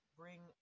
bring